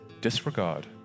disregard